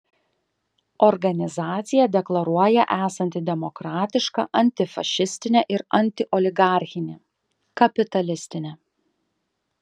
organizacija deklaruoja esanti demokratiška antifašistinė ir antioligarchinė kapitalistinė